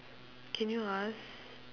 can you ask